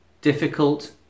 difficult